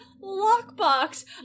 lockbox